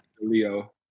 Leo